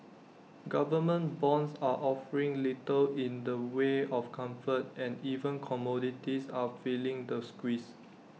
government bonds are offering little in the way of comfort and even commodities are feeling the squeeze